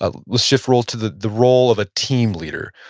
ah let's shift role to the the role of a team leader.